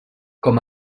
com